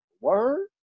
Word